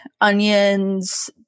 onions